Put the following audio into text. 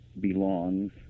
belongs